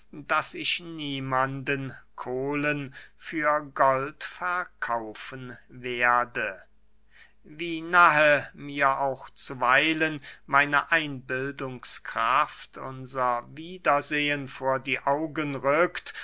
daß ich niemanden kohlen für gold verkaufen werde wie nahe mir auch zuweilen meine einbildungskraft unser wiedersehen vor die augen rückt